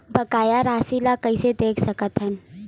बकाया राशि ला कइसे देख सकत हान?